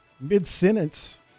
mid-sentence